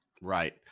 Right